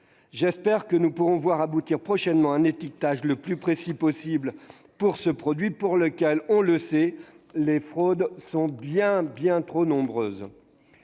J'espère que nous pourrons voir aboutir prochainement l'étiquetage le plus précis possible pour ce produit, qui fait l'objet de fraudes bien trop nombreuses.